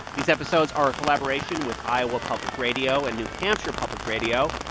these episodes are a collaboration with iowa public radio and new hampshire public radio.